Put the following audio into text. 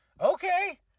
Okay